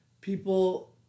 People